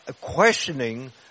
questioning